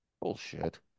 Bullshit